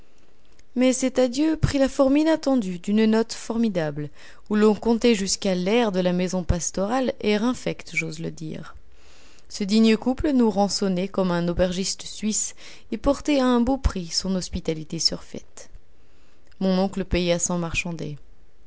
mais cet adieu prit la forme inattendue d'une note formidable où l'on comptait jusqu'à l'air de la maison pastorale air infect j'ose le dire ce digne couple nous rançonnait comme un aubergiste suisse et portait à un beau prix son hospitalité surfaite mon oncle paya sans marchander